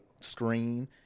screen